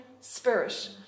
spirit